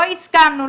לא הסכמנו,